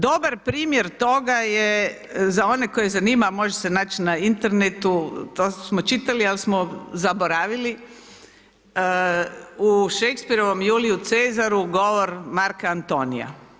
Dobar primjer toga je za one koje zanima a može se naći na internetu, to smo čitali ali smo zaboravili u Shakespearovom Julie Cezaru govor Marka Antonia.